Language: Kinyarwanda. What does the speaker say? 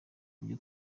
uburyo